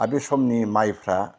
आर बे समनि माइफ्रा